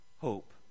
hope